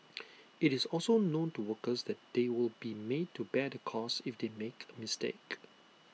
IT is also known to workers that they will be made to bear the cost if they make A mistake